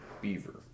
beaver